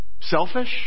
selfish